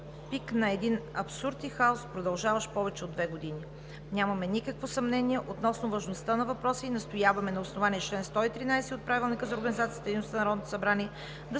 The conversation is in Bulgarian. пик на един абсурд и хаос, продължаващ повече от две години. Нямаме никакво съмнение относно важността на въпроса и настояваме на основание чл. 113 от Правилника за организацията